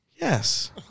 Yes